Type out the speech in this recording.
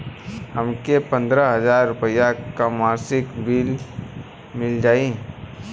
हमके पन्द्रह हजार रूपया क मासिक मिल जाई का?